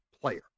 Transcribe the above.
player